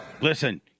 Listen